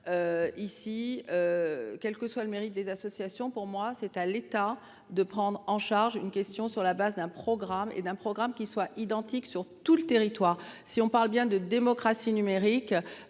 ici, quel que soit le mérite de ces structures, c'est à l'État de prendre en charge cette question sur la base d'un programme qui soit identique sur tout le territoire. Si l'on parle bien de démocratie numérique,